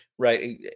Right